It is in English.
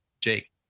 Jake